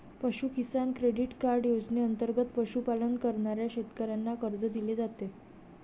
पशु किसान credit card योजनेंतर्गत पशुपालन करणाऱ्या शेतकऱ्यांना कर्ज दिले जाते